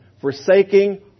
forsaking